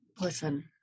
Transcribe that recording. Listen